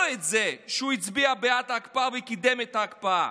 את זה שהוא הצביע בעד ההקפאה וקידם את ההקפאה.